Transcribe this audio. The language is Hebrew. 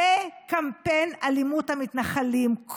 זה קמפיין אלימות המתנחלים.